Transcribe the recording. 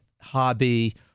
hobby—